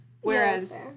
Whereas